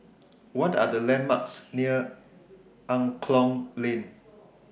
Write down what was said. What Are The landmarks near Angklong Lane